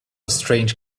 strange